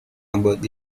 about